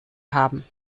haben